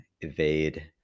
evade